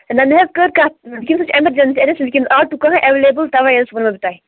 نہ مےٚ حظ کٔر کَتھ وُںکیٚنس چھِ ایٚمَرجینسی اَتٮ۪س چھُنہٕ وُںکیٚس آٹو کٕہٕنٛی ایولیبل تَوے حظ ووٚنمو تۅہہِ